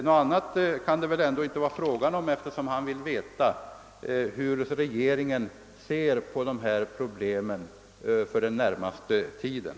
Något annat kan det väl inte vara fråga om, eftersom han vill veta hur regeringen ser på dessa problem för den närmaste tiden.